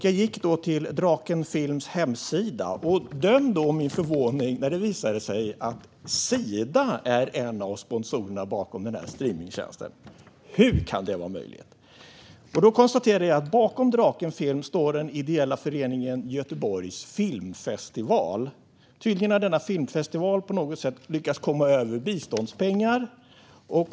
Jag gick till Draken Films hemsida, och döm om min förvåning när det då visade sig att Sida är en av sponsorerna bakom denna streamingtjänst. Hur kan det vara möjligt? Jag konstaterade att bakom Draken Film står den ideella föreningen Göteborg Film Festival. Tydligen har denna filmfestival på något sätt lyckats komma över biståndspengar.